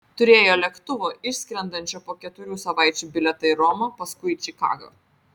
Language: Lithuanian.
turėjo lėktuvo išskrendančio po keturių savaičių bilietą į romą paskui į čikagą